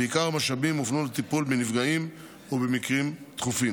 ועיקר המשאבים הופנו לטיפול בנפגעים ובמקרים דחופים.